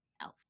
Elf